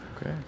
Okay